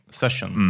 session